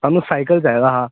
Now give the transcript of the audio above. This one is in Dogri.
सानू साइकल चाही दा हा